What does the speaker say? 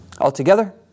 Altogether